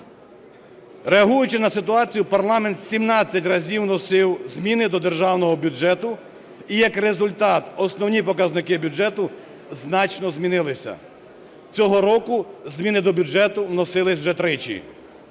Реагуючи на ситуацію, парламент 17 разів вносив зміни до державного бюджету і як результат – основні показники бюджету значно змінилися. Цього року зміни до бюджету вносились вже тричі.